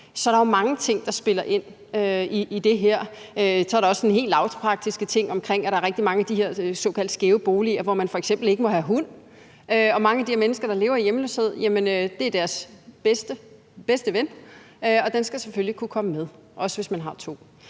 Så der er jo mange ting, der spiller ind i det her. Så er der også nogle helt lavpraktiske ting omkring, at der er rigtig mange af de her såkaldte skæve boliger, hvor man f.eks. ikke må have hund, og for mange af de her mennesker, der lever i hjemløshed, er den jo deres bedste ven, og den skal selvfølgelig kunne komme med, og også hvis man har to